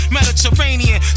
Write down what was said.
Mediterranean